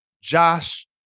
Josh